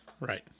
Right